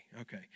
Okay